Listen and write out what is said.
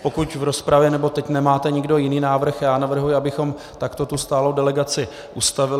Pokud v rozpravě nebo teď nemáte nikdo jiný návrh, navrhuji, abychom takto stálou delegaci ustavili.